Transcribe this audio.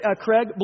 Craig